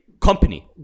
company